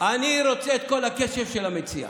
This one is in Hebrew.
אני רוצה את כל הקשב של המציע,